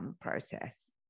process